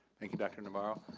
thank you dr. navarro.